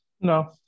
No